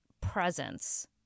presence